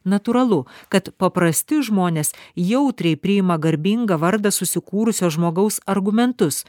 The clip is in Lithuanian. natūralu kad paprasti žmonės jautriai priima garbingą vardą susikūrusio žmogaus argumentus